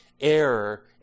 error